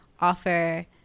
offer